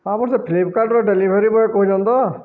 ହଁ ଆପଣ ସେ ଫ୍ଲିପକାର୍ଟର ଡେଲିଭରି ବୟ କହୁଛନ୍ତି ତ